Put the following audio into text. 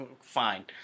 fine